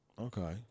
Okay